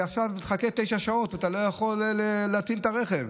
אז עכשיו תחכה תשע שעות ואתה לא יכול להטעין את הרכב.